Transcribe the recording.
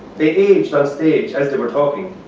they aged on stage as they were talking.